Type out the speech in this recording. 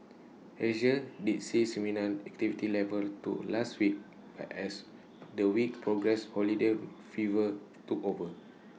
Asia did see similar activity levels to last week but as the week progressed holiday fever took over